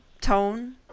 tone